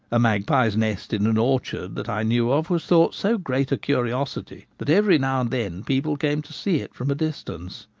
a magpie's nest in an orchard that i knew of was thought so great a curiosity that every now and then people came to see it from a distance.